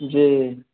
जी